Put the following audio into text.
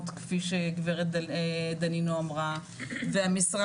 ד"ר אורלי נמצאת כאן איתנו, או בזום?